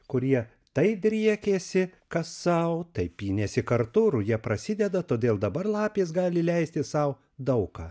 kurie tai driekėsi kas sau tai pynėsi kartu ruja prasideda todėl dabar lapės gali leisti sau daug ką